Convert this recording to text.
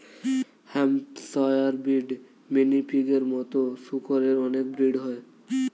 Hampshire breed, mini পিগের মতো শুকরের অনেক ব্রিড হয়